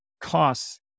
costs